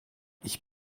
ich